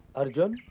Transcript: arjun!